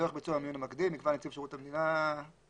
לצורך ביצוע המיון המקדים יקבע נציב שירות המדינה וכולי.